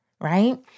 right